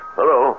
Hello